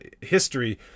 history